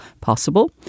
possible